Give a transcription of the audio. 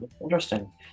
interesting